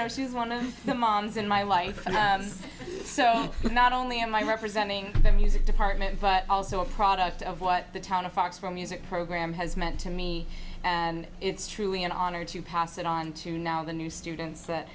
know she's one of the moms in my life and so not only in my representing the music department but also a product of what the town of fox for music program has meant to me and it's truly an honor to pass it on to now the new students that